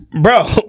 Bro